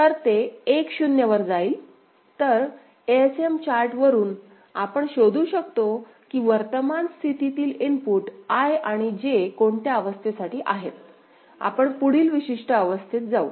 तर एएसएम चार्टवरून आपण शोधू शकतो की वर्तमान स्थितीतील इनपुट I आणि J कोणत्या अवस्थेसाठी आहेत आपण पुढील विशिष्ट अवस्थेत जाऊ